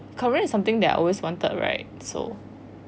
korea is something that I always wanted right so